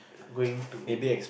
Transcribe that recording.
going to